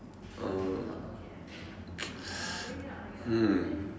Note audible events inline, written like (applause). oh (noise) hmm